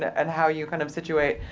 and how you kind of situate